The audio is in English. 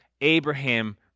Abraham